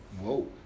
Whoa